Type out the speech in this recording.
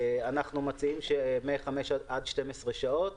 אנחנו מציעים שמ-5 עד 12 שעות